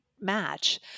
match